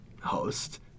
host